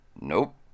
Nope